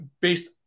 based